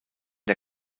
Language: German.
der